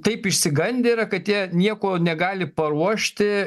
taip išsigandę yra kad jie nieko negali paruošti